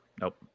Nope